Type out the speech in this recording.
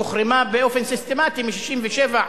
הוחרמה באופן סיסטמטי מ-1967,